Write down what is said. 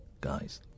guys